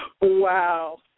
Wow